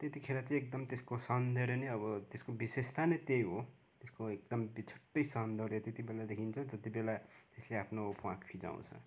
त्यत्तिखेर चाहिँ एकदम त्यसको सौन्दर्य नै अब त्यसको विशेषता नै त्यही हो त्यसको एकदम बिछट्टै सौन्दर्य त्यति बेला देखिन्छ जति बेला त्यसले आफ्नो प्वाँख फिजाउँछ